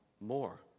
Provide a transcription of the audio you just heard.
more